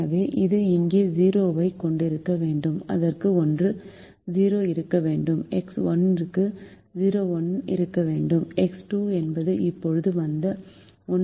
எனவே இது இங்கே 0 ஐ கொண்டிருக்க வேண்டும் அதற்கு ஒன்று 0 இருக்க வேண்டும் எக்ஸ் 1 க்கு 0 1 இருக்க வேண்டும் எக்ஸ் 2 என்பது இப்போது வந்த 1 ஆகும்